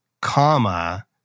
comma